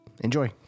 Enjoy